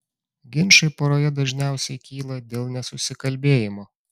ginčai poroje dažniausiai kyla dėl nesusikalbėjimo